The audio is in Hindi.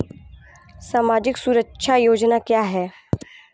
सामाजिक सुरक्षा योजना क्या है?